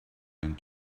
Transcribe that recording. and